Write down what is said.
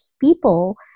people